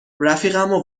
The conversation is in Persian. رفیقمو